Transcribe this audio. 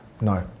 No